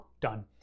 done